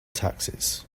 taxes